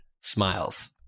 Smiles